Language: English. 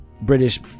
British